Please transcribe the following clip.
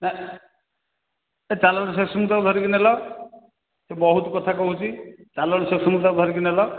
ନା ଚାଲାଣ ସେକ୍ସନ୍କୁ ଧରିକି ନେଲ ସେ ବହୁତ କଥା କହୁଛି ଚାଲାଣ ସେକ୍ସନ୍କୁ ତାକୁ ଧରିକି ନେଲ